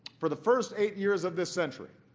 for the first eight years of this century,